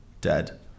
Dead